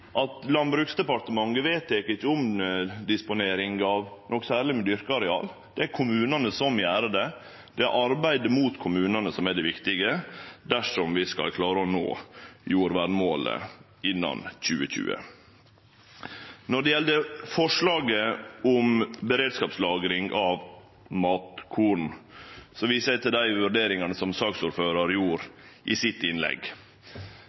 kommunane som gjer det. Det er arbeidet opp mot kommunane som er det viktige, dersom vi skal klare å nå jordvernmålet innan 2020. Når det gjeld forslaget om beredskapslagring av matkorn, viser eg til dei vurderingane som saksordføraren kom med i sitt innlegg,